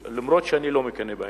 אף-על-פי שאני לא מקנא בהם.